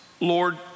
Lord